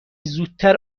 زودتر